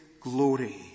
glory